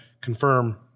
confirm